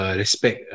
respect